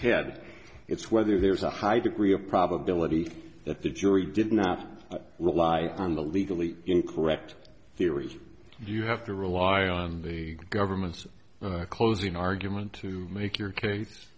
head it's whether there's a high degree of probability that the jury did not rely on the legally incorrect theory you have to rely on the government's closing argument to make your case